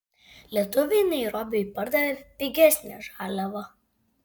lietuviai nairobiui pardavė pigesnę žaliavą